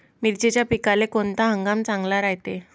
मिर्चीच्या पिकाले कोनता हंगाम चांगला रायते?